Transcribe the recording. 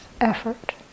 effort